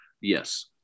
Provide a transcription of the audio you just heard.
Yes